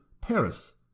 Paris